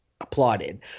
applauded